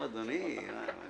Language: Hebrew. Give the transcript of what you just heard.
יש